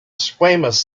squamous